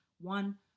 one